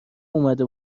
اومده